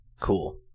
cool